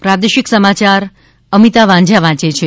પ્રાદેશિક સમાચાર અમિતા વાંઝા વાંચે છે